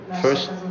first